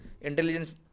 intelligence